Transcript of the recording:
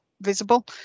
visible